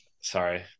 Sorry